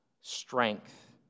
strength